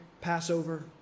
Passover